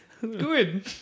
good